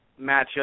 matchup